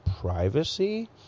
privacy